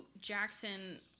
Jackson